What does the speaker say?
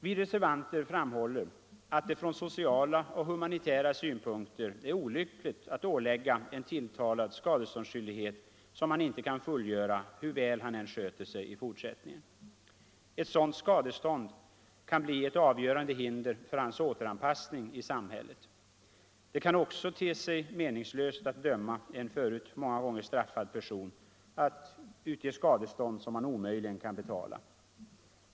Vi reservanter framhåller att det från sociala och humanitära synpunkter är olyckligt att ålägga en tilltalad skadeståndsskyldighet, som han inte kan fullgöra hur väl han än sköter sig i fortsättningen. Ett sådant skadestånd kan bli ett avgörande hinder för hans återanpassning i samhället. Det kan också te sig meningslöst att döma en förut många gånger straffad person att utge skadestånd som han omöjligen kan betala.